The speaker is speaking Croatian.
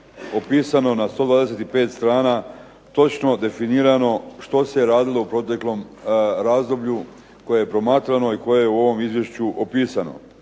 opisano na 125 strana točno definirano u proteklom razdoblju koje je promatrano i koje je u ovom izvješću opisano.